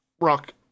rock